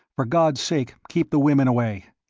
for god's sake keep the women away.